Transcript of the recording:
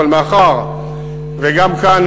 מאחר שגם כאן,